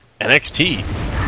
NXT